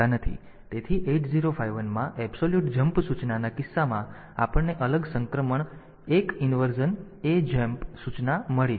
તેથી 8051 માં absolute jump સૂચનાના કિસ્સામાં આપણને અલગ સંસ્કરણ 1 વ્યુત્ક્રમ AJMP સૂચના મળી છે